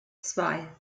zwei